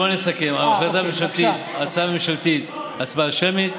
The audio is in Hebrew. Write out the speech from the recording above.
בוא נסכם: ההצעה הממשלתית בהצבעה שמית.